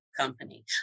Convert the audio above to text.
company